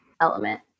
element